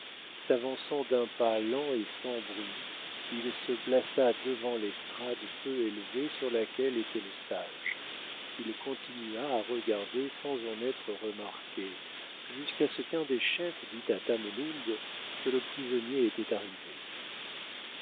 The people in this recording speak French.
s'avançant d'un pas lent et sans bruit il se plaça devant l'estrade peu élevée sur laquelle était le sage qu'il continua à regarder sans en être remarqué jusqu'à ce qu'un des chefs dit à tamenund que le prisonnier était arrivé